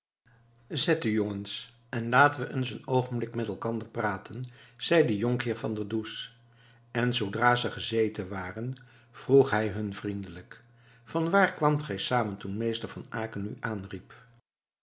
zet u jongens en laten we eens een oogenblik met elkander praten zeide jonkheer van der does en zoodra ze gezeten waren vroeg hij hun vriendelijk van waar kwaamt gij samen toen meester van aecken u aanriep